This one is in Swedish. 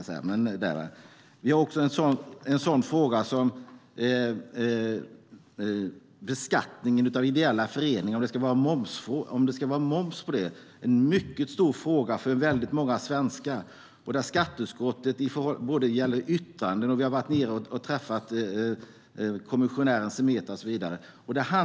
Vi hanterar också en sådan fråga som om det ska vara moms på ideella föreningar, en mycket stor fråga för väldigt många svenskar. Skatteutskottet har lämnat yttranden, har varit nere och träffat kommissionären Semeta och så vidare.